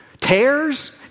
Tears